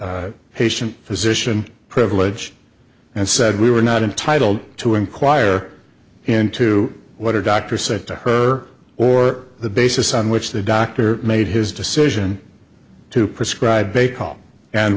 the patient physician privilege and said we were not entitled to inquire into what her doctor said to her or the basis on which the dr made his decision to prescribe a